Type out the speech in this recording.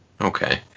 Okay